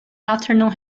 afternoon